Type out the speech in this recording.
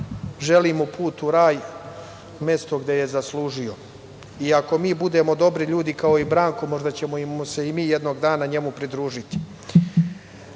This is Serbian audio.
Želim mu put u raj, mesto gde je zaslužio i ako mi budemo dobri ljudi kao i Branko možda ćemo se i mi njemu pridružiti. Ali,